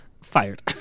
Fired